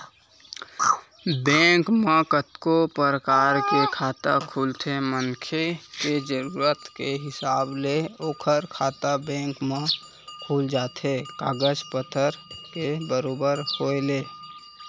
bank म कतको परकार के खाता खुलथे मनखे के जरुरत के हिसाब ले ओखर खाता बेंक म खुल जाथे कागज पतर के बरोबर होय ले